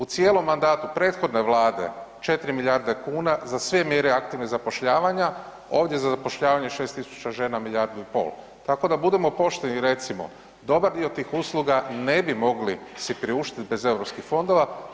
U cijelom mandatu prethodne vlade 4 milijarde kuna za sve mjere aktivnog zapošljavanja, ovdje za zapošljavanje 6000 žena milijardu i pol, tako da budimo pošteni i recimo, dobar dio tih usluga ne bi mogli si priuštit bez europskih fondova.